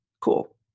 Cool